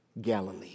Galilee